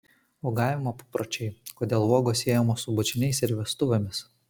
uogavimo papročiai kodėl uogos siejamos su bučiniais ir vestuvėmis